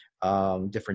Different